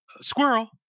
squirrel